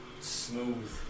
Smooth